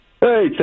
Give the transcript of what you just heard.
Hey